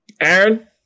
aaron